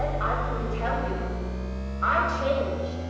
and i've come to tell you i've changed.